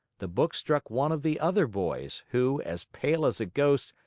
the book struck one of the other boys, who, as pale as a ghost,